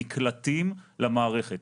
נקלטים למערכת.